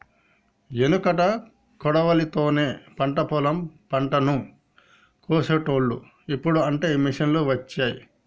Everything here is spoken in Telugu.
ఎనుకట కొడవలి తోనే పంట పొలం పంటను కోశేటోళ్లు, ఇప్పుడు అంటే మిషిండ్లు వచ్చే